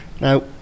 Now